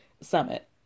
summit